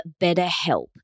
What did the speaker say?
BetterHelp